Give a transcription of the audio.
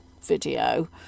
video